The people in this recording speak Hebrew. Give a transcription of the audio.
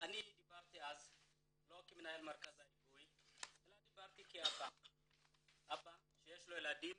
אני דיברתי אז לא כמנהל מרכז ההיגוי אלא דיברתי כאב שיש לו ילדות